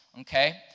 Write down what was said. Okay